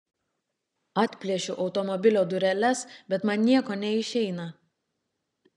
atplėšiu automobilio dureles bet man nieko neišeina